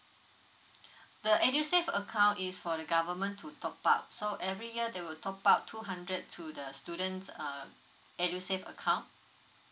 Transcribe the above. the edusave account is for the government to top up so every year they will top up two hundred to the students uh edusave account